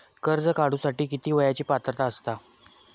कर्ज काढूसाठी किती वयाची पात्रता असता?